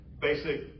basic